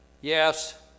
yes